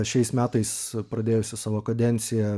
šiais metais pradėjusi savo kadenciją